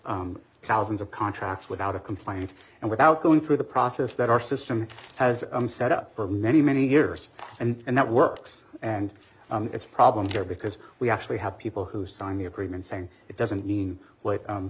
thousands of contracts without a complaint and without going through the process that our system has set up for many many years and that works and it's problem here because we actually have people who sign the agreement saying it doesn't mean